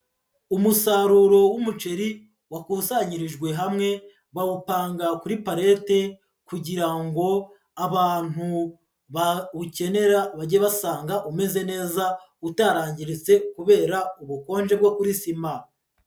Umusaruro w'umuceri wakusanyirijwe hamwe bawupanga kuri palete kugira ngo abantu bawukenera bajye basanga umeze neza utarangiritse kubera ubukonje bwo kuri sima.